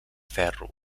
ferro